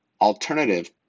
alternative